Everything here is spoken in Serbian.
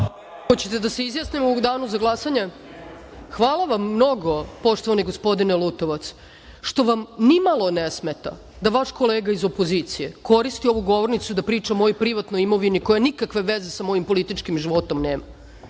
Hoćete da se izjasnimo u danu za glasanje? Ne. Hvala vam mnogo, poštovani gospodine Lutovac, što vam ni malo ne smeta da vaš kolega iz opozicije koristi ovu govornicu da priča o mojoj privatnoj imovini koja nikakve veze sa mojim političkim životom nema.